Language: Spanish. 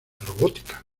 robótica